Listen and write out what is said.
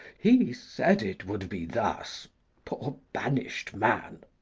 he said it would be thus poor banish'd man!